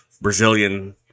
Brazilian